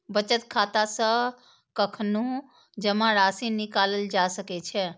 बचत खाता सं कखनहुं जमा राशि निकालल जा सकै छै